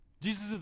Jesus